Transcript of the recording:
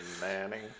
Manning